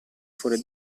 fuori